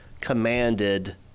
commanded